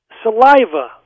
saliva